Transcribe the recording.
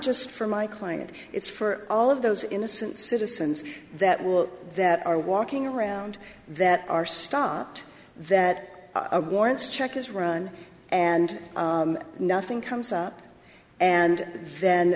just for my client it's for all of those innocent citizens that will that are walking around that are stopped that are warrants check is run and nothing comes up and then